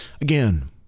Again